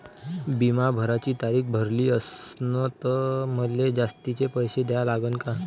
बिमा भराची तारीख भरली असनं त मले जास्तचे पैसे द्या लागन का?